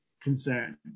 concern